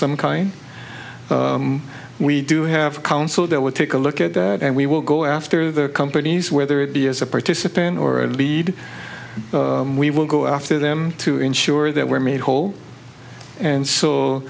some kind we do have counsel that would take a look at that and we will go after the companies whether it be as a participant or lead we will go after them to ensure that we're made whole and so